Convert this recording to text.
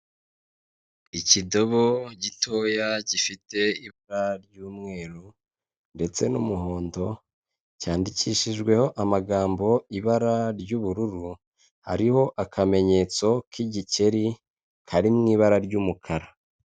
Ikidobo gitoya gifite ibara ry'umweru ndetse n'umuhondo, cyandikishijweho amagambo ibara ry'ubururu, hariho akamenyetso k'igikeri kari mu ibara ry'umukara.